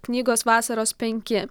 knygos vasaros penki